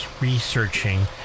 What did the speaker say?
researching